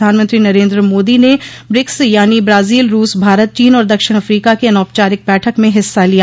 प्रधानमंत्री नरेन्द्र मोदी ने ब्रिक्स यानी ब्राजील रूस भारत चीन और दक्षिण अफ्रीका की अनौपचारिक बैठक में हिस्सा लिया